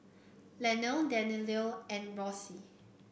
Lanie Danielle and Rose